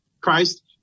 Christ